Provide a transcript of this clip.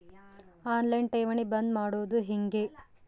On line ಠೇವಣಿ ಬಂದ್ ಮಾಡೋದು ಹೆಂಗೆ?